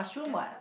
just the